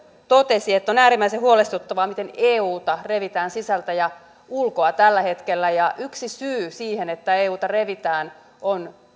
totesi että on äärimmäisen huolestuttavaa miten euta revitään sisältä ja ulkoa tällä hetkellä yksi syy siihen että euta revitään on